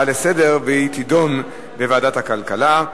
להצעה לסדר-היום והיא תידון בוועדת הכלכלה.